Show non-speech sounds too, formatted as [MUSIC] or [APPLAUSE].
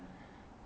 [BREATH]